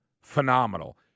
phenomenal